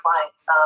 clients